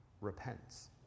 repents